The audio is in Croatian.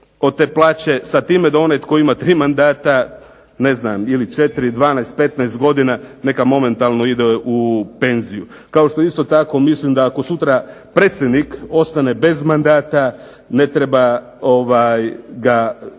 od te plaće sa time da onaj tko ima tri mandata, ne znam 4, 12, 15 godina neka momentalno ide u penziju. Kao što isto tako mislim da sutra ako predsjednik ostane bez mandata ne treba ga gurati